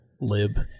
lib